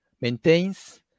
maintains